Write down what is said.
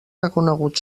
reconegut